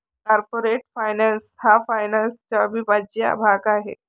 corporate finance हा फायनान्सचा अविभाज्य भाग आहे